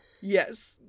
yes